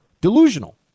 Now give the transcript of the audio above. delusional